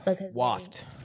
Waft